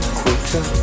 quitter